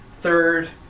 third